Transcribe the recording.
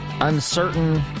uncertain